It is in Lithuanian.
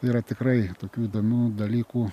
yra tikrai tokių įdomių dalykų